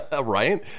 Right